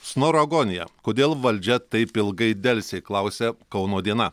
snoro agonija kodėl valdžia taip ilgai delsė klausia kauno diena